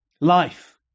Life